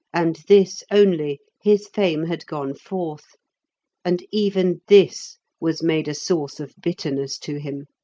and this only, his fame had gone forth and even this was made a source of bitterness to him.